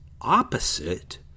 opposite